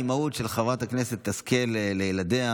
האימהות של חברת הכנסת השכל לילדיה,